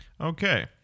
okay